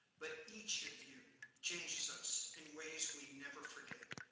but each of you changes us in ways we never forget.